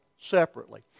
separately